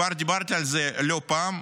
כבר דיברתי על זה לא פעם,